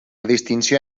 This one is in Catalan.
distinció